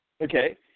Okay